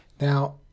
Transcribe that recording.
Now